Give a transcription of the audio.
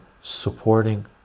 supporting